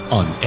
on